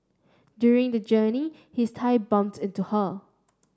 during the journey his thigh bumped into her